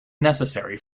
necessary